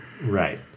Right